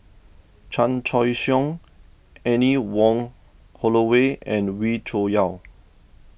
Chan Choy Siong Anne Wong Holloway and Wee Cho Yaw